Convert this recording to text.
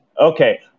Okay